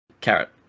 Carrot